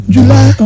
July